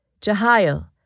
Jehiel